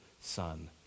son